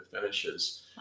finishes